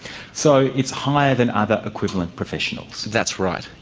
so it's higher than other equivalent professionals? that's right,